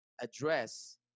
address